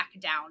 down